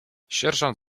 sierżant